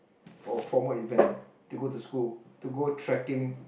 for formal event to go to school to go trekking